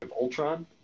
Ultron